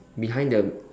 behind the